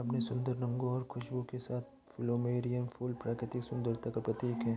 अपने सुंदर रंगों और खुशबू के साथ प्लूमेरिअ फूल प्राकृतिक सुंदरता का प्रतीक है